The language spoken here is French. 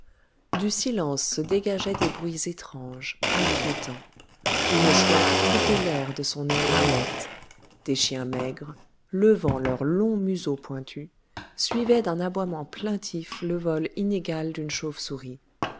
du silence se dégageaient des bruits étranges inquiétants une chouette coupait l'air de son aile muette des chiens maigres levant leur long museau pointu suivaient d'un aboiement plaintif le vol inégal d'une chauve-souris